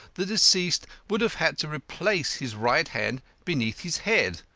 the deceased would have had to replace his right hand beneath his head.